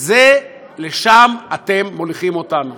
לשם אתם מוליכים אותנו.